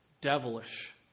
devilish